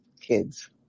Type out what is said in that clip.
Kids